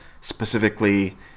Specifically